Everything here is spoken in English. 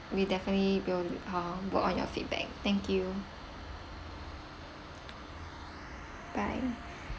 we definitely will uh work on your feedback thank you bye